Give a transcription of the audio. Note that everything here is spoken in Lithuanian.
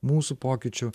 mūsų pokyčių